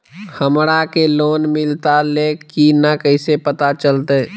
हमरा के लोन मिलता ले की न कैसे पता चलते?